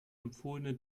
empfohlene